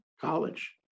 college